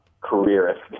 careerist